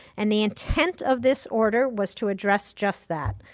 and the intent of this order was to address just that,